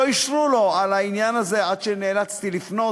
לא אישרו לו את העניין הזה עד שנאלצתי לפנות.